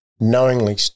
knowingly –